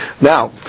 Now